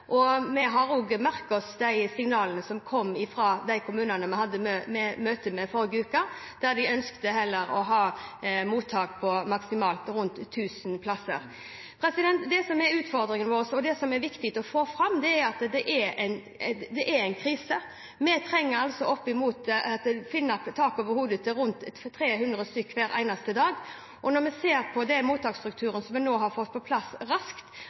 Vi har også merket oss de signalene som kom fra kommunene vi hadde møte med forrige uke, der de ønsket heller å ha mottak på maksimalt rundt 1 000 plasser. Det som er utfordringen vår, og som er viktig å få fram, er at det er en krise. Vi trenger altså å finne tak over hodet til rundt 300 stykker hver eneste dag. Når vi ser den mottaksstrukturen som vi nå har fått på plass raskt